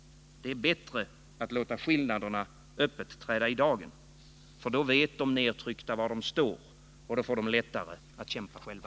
Det är bättre att låta skillnaderna öppet träda i dagen. Då vet de nedtryckta var de står. Då får de lättare att kämpa själva.